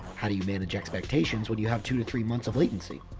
how do you manage expectations when you have two to three months of latency?